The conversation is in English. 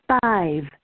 Five